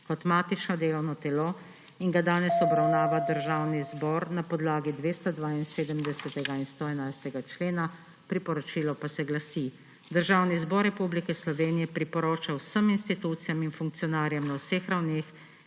kot matično delovno telo in ga danes obravnava Državni zbor na podlagi 272. in 111. člena. Priporočilo pa se glasi: Državni zbor Republike Slovenije priporoča vsem institucijam in funkcionarjem na vseh ravneh,